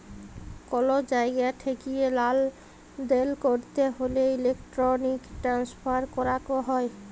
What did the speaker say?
call জায়গা ঠেকিয়ে লালদেল ক্যরতে হ্যলে ইলেক্ট্রনিক ট্রান্সফার ক্যরাক হ্যয়